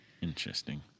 Interesting